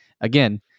Again